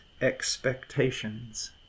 expectations